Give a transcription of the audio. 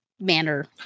manner